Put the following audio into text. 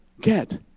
get